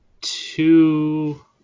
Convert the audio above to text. Two